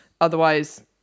otherwise